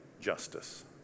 justice